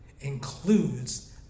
includes